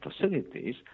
facilities